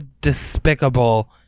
despicable